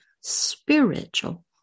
spiritual